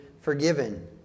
forgiven